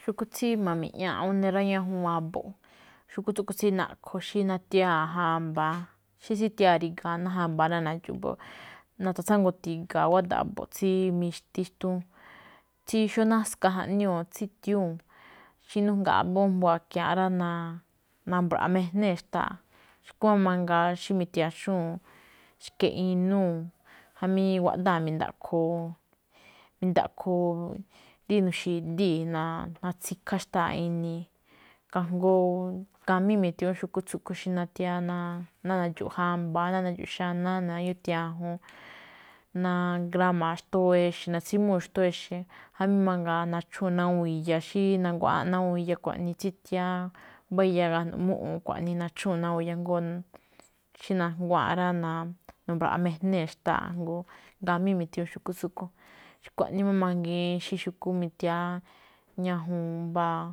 Xu̱kú tsí ma̱mi̱ꞌñáaꞌ góne̱ rá, ñajuun a̱bo̱ꞌ, xu̱kú tsúꞌkhue̱n naꞌkho̱ xí nathiyáa̱ ná jamba̱a̱, xí tsíthiyáa̱ ri̱ga̱a̱ ná jamba̱a̱ rá, ná nadxo̱ꞌ mbo̱ꞌ, natsitangoo ti̱ga̱a̱, wáda̱ꞌ a̱bo̱ꞌ tsí mixtí xtuun. Tsí xó náska jaꞌñúú tsíꞌñúu̱. Xí nanújngaa mbá jmbu a̱kiaa̱nꞌ rá, ná na̱mbraꞌa mijnée̱ ná xtáa. Xúꞌkhue̱n máꞌ mangaa xí ma̱tia̱xúu̱n, xke̱ꞌ inúu̱, jamí guádaa̱ mi̱ndaꞌkho, mi̱ndaꞌkho rí nu̱xi̱díi̱ na- natsikhá xtáa ini̱i̱. Kajngó ngamí matha̱ñu̱ú xu̱kú tsúꞌkhue̱n, xí nathiyáá ná nadxo̱ꞌ jamba̱a̱, ná nadxo̱ꞌ xanáá, nadxo̱ꞌ gátiajun. Ná ngramaa xtóo exe̱, natsimúu̱n ná xtóo exe̱, jamí mangaa nadxúu̱n ná awúun iya xí nanguaꞌáan ná xkuaꞌnii, tsithiyáá mbá iya gajno̱ꞌ mu̱ꞌu̱u̱n xkuaꞌnii nachúu̱n ná awúun iya jngó xí najnguáan rá, nu̱mbra̱ꞌa mijnee̱ xtáa jngó ngamí mi̱thi̱ñúú xu̱kú tsúꞌkhue̱n. Xkuaꞌnii máꞌ mangiin xí xu̱kú ma̱thiyáá ñajuun mbáa